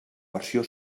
versió